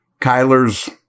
Kyler's